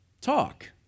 Talk